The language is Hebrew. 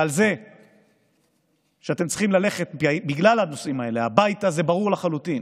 זה אתם שאתם צריכים ללכת הביתה בגלל הנושאים האלה זה ברור לחלוטין,